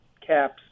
caps